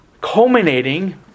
culminating